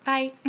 Bye